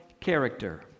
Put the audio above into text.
character